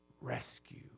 rescue